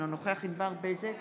אינו נוכח ענבר בזק,